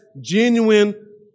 genuine